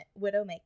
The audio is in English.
widowmaker